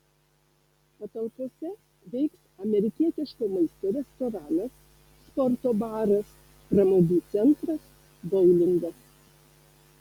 patalpose veiks amerikietiško maisto restoranas sporto baras pramogų centras boulingas